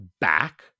back